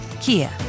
Kia